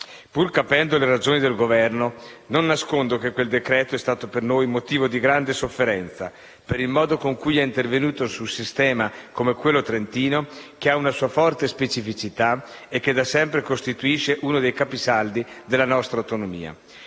Pur capendo le ragioni del Governo, non nascondo che quel provvedimento è stato per noi motivo di grande sofferenza per il modo in cui è intervenuto su un sistema come quello trentino che ha una sua forte specificità e che da sempre costituisce uno dei capisaldi della nostra autonomia.